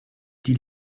die